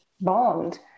bond